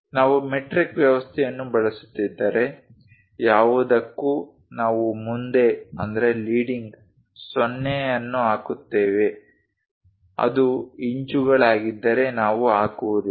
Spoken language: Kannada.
ನಾವು ಮೆಟ್ರಿಕ್ ವ್ಯವಸ್ಥೆಯನ್ನು ಬಳಸುತ್ತಿದ್ದರೆ ಯಾವುದಕ್ಕೂ ನಾವು ಮುಂದೆ 0 ಅನ್ನು ಹಾಕುತ್ತೇವೆ ಅದು ಇಂಚುಗಳಾಗಿದ್ದರೆ ನಾವು ಹಾಕುವುದಿಲ್ಲ